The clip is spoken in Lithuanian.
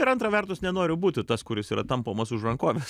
ir antra vertus nenoriu būti tas kuris yra tampomas už rankovės